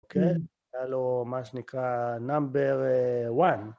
אוקיי? זה היה לו, מה שנקרא, נאמבר 1.